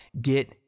Get